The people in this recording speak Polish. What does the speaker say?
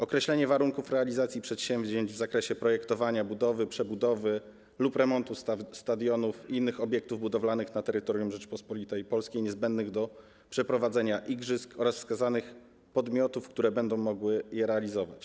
Określenie warunków realizacji przedsięwzięć w zakresie projektowania budowy, przebudowy lub remontu stadionów i innych obiektów budowlanych na terytorium Rzeczypospolitej Polskiej niezbędnych do przeprowadzenia igrzysk oraz wskazanych podmiotów, które będą mogły je realizować.